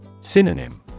Synonym